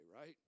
Right